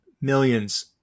millions